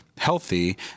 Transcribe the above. healthy